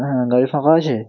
হ্যাঁ গাড়ি ফাঁকা আছে